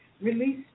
release